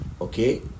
okay